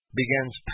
begins